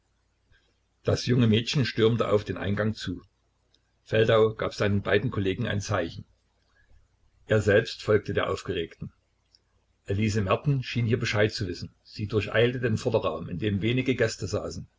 das junge mädchen stürmte auf den eingang zu feldau gab seinen beiden kollegen ein zeichen er selbst folgte der aufgeregten elise merten schien hier bescheid zu wissen sie durcheilte den vorderraum in dem wenige gäste saßen